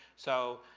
so,